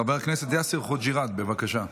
חבר הכנסת יאסר חוג'יראת, בבקשה.